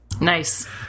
Nice